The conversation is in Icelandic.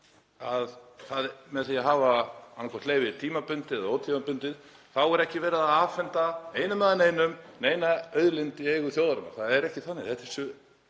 að með því að hafa annaðhvort leyfi tímabundið eða ótímabundið þá er ekki verið að afhenda einum eða neinum neina auðlind í eigu þjóðarinnar. Það er ekki þannig.